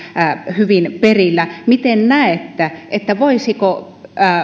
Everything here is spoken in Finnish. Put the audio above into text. hyvin perillä miten näette voisiko se